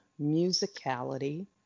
musicality